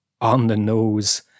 on-the-nose